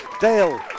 Dale